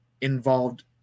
involved